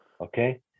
Okay